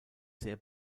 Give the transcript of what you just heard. sehr